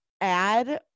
add